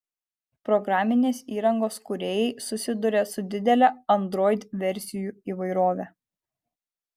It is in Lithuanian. programinės įrangos kūrėjai susiduria su didele android versijų įvairove